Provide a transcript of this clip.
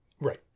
Right